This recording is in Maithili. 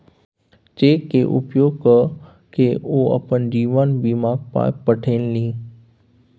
चेक केर उपयोग क कए ओ अपन जीवन बीमाक पाय पठेलनि